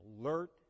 alert